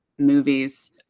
movies